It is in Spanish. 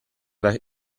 las